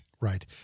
Right